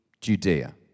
Judea